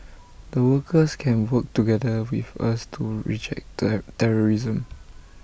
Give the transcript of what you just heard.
the workers can work together with us to reject that terrorism